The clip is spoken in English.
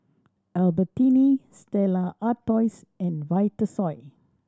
Albertini Stella Artois and Vitasoy